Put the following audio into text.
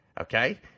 okay